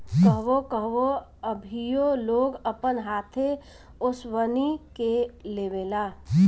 कहवो कहवो अभीओ लोग अपन हाथे ओसवनी के लेवेला